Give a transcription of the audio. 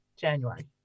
january